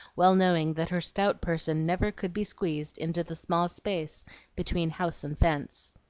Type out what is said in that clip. well knowing that her stout person never could be squeezed into the small space between house and fence.